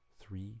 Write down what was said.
three